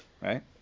right